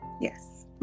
yes